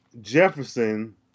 Jefferson